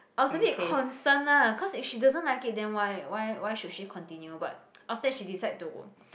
I was a bit concerned lah cause if she doesn't like it then why why why should she continue but after that she decide to